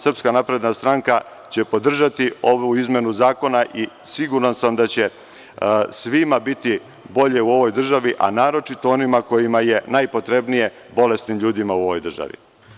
Srpska napredna stranka će podržati ovu izmenu zakona i siguran sam da će svima biti bolje u ovoj državi, a naročito onima kojima je najpotrebnije, bolesnim ljudima u ovoj državi.